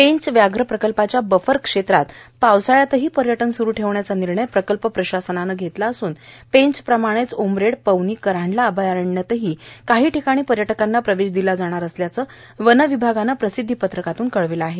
पेंच व्याघ्र प्रकल्पाच्या बफर क्षेत्रात पावसाळ्यातही पर्यटन सुरू ठेवण्याचा निर्णय प्रकलप प्रशासनानं घेतला असून पंचप्रमाणेच उमरेड पवनी क हांडला अभयारण्यातही काही ठिकाणी पर्यटकांना प्रवेश दिला जाणार असल्याचं वनविभागानं प्रसिध्दीपत्रकातून कळविलं आहे